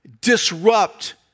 disrupt